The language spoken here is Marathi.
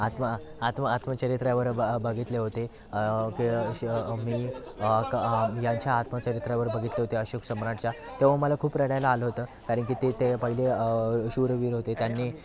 आत्म आत्म आत्मचरित्रावर ब बघितले होते के श मी क यांच्या आत्मचरित्रावर बघितले होते अशोक सम्राटच्या तेव्हा मला खूप रडायला आलं होतं कारण की ते ते पहिले शूरवीर होते त्यांनी